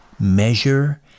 measure